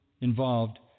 involved